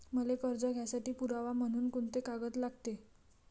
मले कर्ज घ्यासाठी पुरावा म्हनून कुंते कागद लागते?